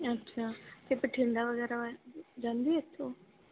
ਅੱਛਾ ਇਹ ਬਠਿੰਡਾ ਵਗੈਰਾ ਜਾਂਦੀ ਇੱਥੋਂ